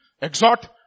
exhort